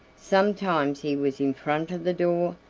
sometimes he was in front of the door,